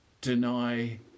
Deny